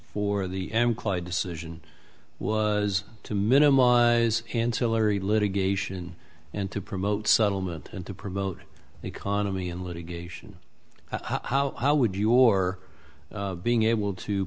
for the m klyde decision was to minimize and hilary litigation and to promote settlement and to promote an economy in litigation how how would your being able to